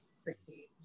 succeed